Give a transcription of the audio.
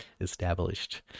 established